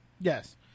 Yes